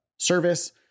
Service